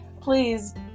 please